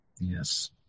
Yes